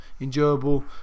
enjoyable